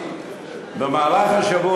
במהלך השבוע